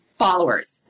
Followers